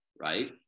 Right